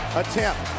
attempt